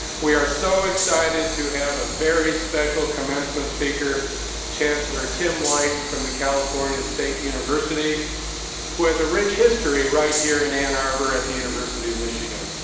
we are so excited to have a very special commencement speaker chancellor tim white from the california state university who has a rich history right here in ann arbor at the university of michigan.